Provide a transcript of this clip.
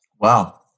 Wow